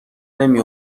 نمی